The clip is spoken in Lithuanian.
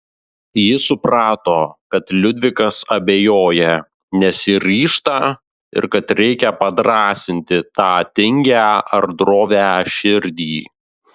ji suprato kad liudvikas abejoja nesiryžta ir kad reikia padrąsinti tą tingią ar drovią širdį